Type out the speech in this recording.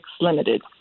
Limited